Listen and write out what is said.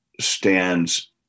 stands